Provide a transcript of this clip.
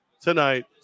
tonight